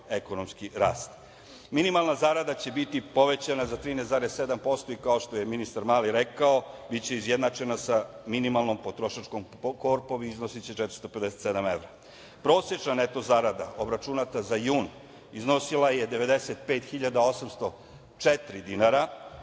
ekonomski rast. Minimalna zarada će biti povećana za 13,7% i kao što je ministar Mali rekao, biće izjednačena sa minimalnom potrošačkom korpom i iznosiće 457 evra. Prosečna neto zarada obračunata za jun iznosila je 95.804 dinara